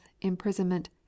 imprisonment